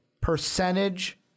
percentage